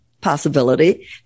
possibility